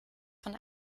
von